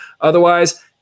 Otherwise